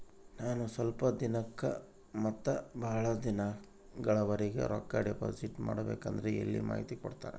ನಾನು ಸ್ವಲ್ಪ ದಿನಕ್ಕ ಮತ್ತ ಬಹಳ ದಿನಗಳವರೆಗೆ ರೊಕ್ಕ ಡಿಪಾಸಿಟ್ ಮಾಡಬೇಕಂದ್ರ ಎಲ್ಲಿ ಮಾಹಿತಿ ಕೊಡ್ತೇರಾ?